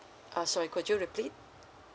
uh sorry could you repeat